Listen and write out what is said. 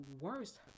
worst